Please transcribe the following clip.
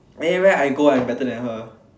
anywhere I go I'm better than her